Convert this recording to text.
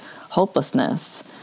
hopelessness